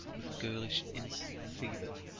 with girlish innocent fervour,